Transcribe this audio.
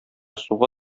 суга